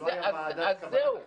זו לא הייתה ועדת קבלת החלטות.